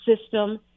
system